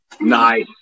Nice